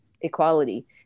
equality